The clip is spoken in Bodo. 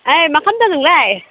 ओइ मा खालामदों नोंलाय